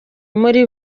muri